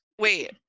wait